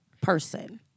person